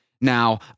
Now